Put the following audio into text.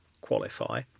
qualify